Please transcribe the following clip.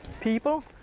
people